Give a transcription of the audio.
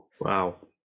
Wow